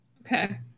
Okay